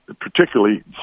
Particularly